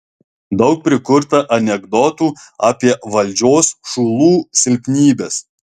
daug prikurta anekdotų apie valdžios šulų silpnybes